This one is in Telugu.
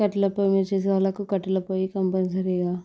కట్టెల పొయ్యి మీద చేసేవాళ్ళకు కట్టెల పొయ్యి కంపల్సరిగా